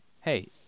Hey